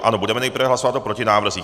Ano, budeme nejprve hlasovat o protinávrzích.